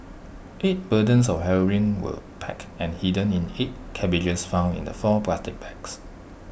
eight bundles of heroin were packed and hidden in eight cabbages found in the four plastic bags